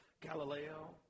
Galileo